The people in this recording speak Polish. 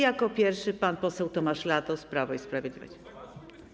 Jako pierwszy pan poseł Tomasz Latos, Prawo i Sprawiedliwość.